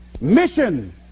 mission